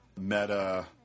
meta